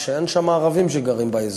ואין ערבים שגרים באזור.